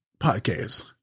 podcast